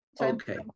Okay